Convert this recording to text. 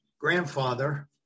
grandfather